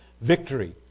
victory